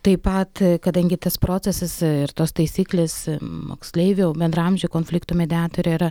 taip pat kadangi tas procesas ir tos taisyklės moksleivių bendraamžių konfliktų mediatoriai yra